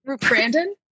brandon